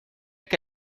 que